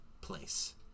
place